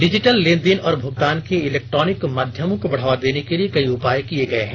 digital लेनदेन और भुगतान के इलेक्ट्रानिक माध्यमों को बढावा देने के लिए कई उपाय किए गए हैं